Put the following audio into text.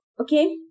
okay